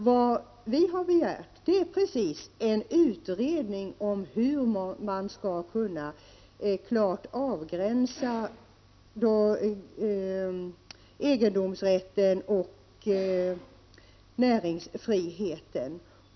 Vad vi har begärt är just en utredning om hur man skall kunna klart avgränsa egendomsrätten och näringsfriheten.